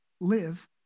live